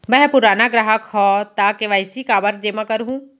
मैं ह पुराना ग्राहक हव त के.वाई.सी काबर जेमा करहुं?